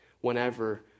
whenever